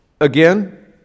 again